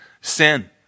sin